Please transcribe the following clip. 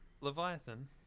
Leviathan